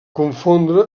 confondre